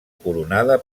coronada